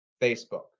Facebook